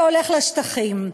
שהולך לשטחים.